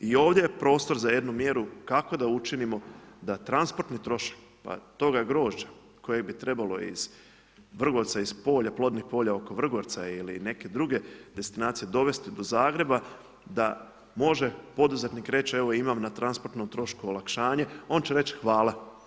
I ovdje je prostor za jednu mjeru kako da učinimo da transportni trošak toga grožđa koje bi trebalo iz Vrgorca, iz polja, plodnih polja oko Vrgorca ili neke druge destinacije dovesti do Zagreba da može poduzetnik reć evo imam na transportnom trošku olakšanje, on će reći hvala.